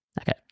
Okay